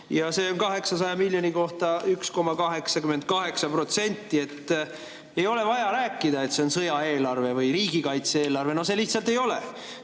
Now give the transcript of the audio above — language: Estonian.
ja see on 800 miljoni kohta 1,88%. Ei ole vaja rääkida, et see on sõjaeelarve või riigikaitse eelarve. No see lihtsalt ei ole!